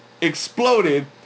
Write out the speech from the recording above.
Exploded